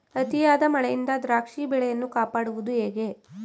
ಅತಿಯಾದ ಮಳೆಯಿಂದ ದ್ರಾಕ್ಷಿ ಬೆಳೆಯನ್ನು ಕಾಪಾಡುವುದು ಹೇಗೆ?